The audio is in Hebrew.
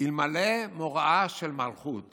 "אלמלא מוראה של מלכות